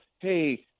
hey